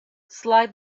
slide